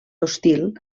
hostil